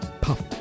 Puff